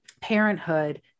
parenthood